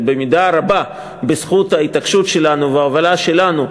במידה רבה בזכות ההתעקשות שלנו וההובלה שלנו,